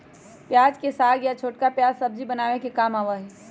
प्याज के साग या छोटका प्याज सब्जी बनावे के काम आवा हई